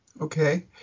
okay